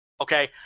Okay